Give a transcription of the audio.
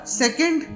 second